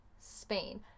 Spain